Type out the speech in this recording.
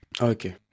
Okay